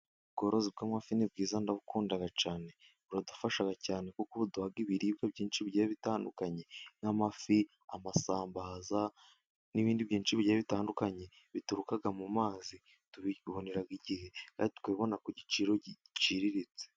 Ubworozi bw'amafi ni bwiza ndabukunda cyane buradufasha cyane kuko buduha ibiribwa byinshi bigiye bitandukanye nk'amafi, amasamba, n'ibindi byinshi bigiye bitandukanye bituruka mu mazi tubibonera igihe, kandi tukabibona ku giciro giciriritse.